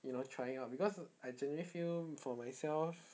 you know trying out because I generally feel for myself